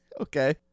Okay